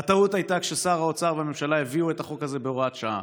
הטעות הייתה ששר האוצר והממשלה הביאו את החוק הזה בהוראת שעה.